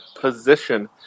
position